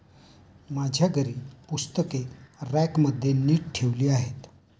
माझ्या घरी पुस्तके रॅकमध्ये नीट ठेवली आहेत